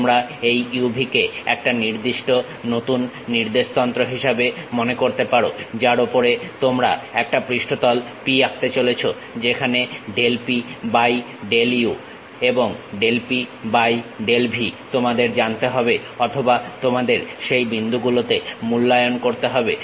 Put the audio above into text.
তোমরা এই u v কে একটা নতুন নির্দেশ তন্ত্র হিসাবে মনে করতে পারো যার ওপরে তোমরা একটা পৃষ্ঠতল P আঁকতে চলেছো যেখানে del P by del u এবং del P by del v তোমাদের জানতে হবে অথবা তোমাদের সেই বিন্দুগুলোতে মূল্যায়ন করতে হবে